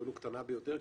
ולו הקטנה ביותר,